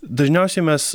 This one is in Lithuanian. dažniausiai mes